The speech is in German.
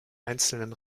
einzelnen